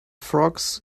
frogs